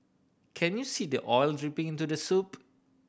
can you see the oil dripping into the soup